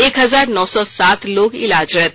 एक हजार नौ सौ सात लोग इलाजरत